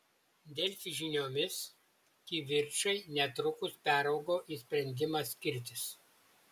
delfi žiniomis kivirčai netrukus peraugo į sprendimą skirtis